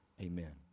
Amen